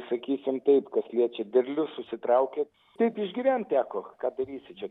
sakysim taip kas liečia derlių susitraukė taip išgyvent teko ką darysi čia